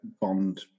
bond